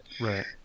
Right